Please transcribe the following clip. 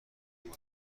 گوگل